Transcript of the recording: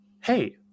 Hey